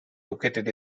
located